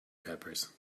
peppers